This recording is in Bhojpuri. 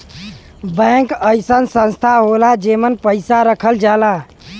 बैंक अइसन संस्था होला जेमन पैसा रखल जाला